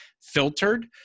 filtered